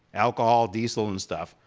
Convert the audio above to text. alcohol, diesel and stuff,